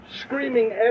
screaming